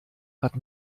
hat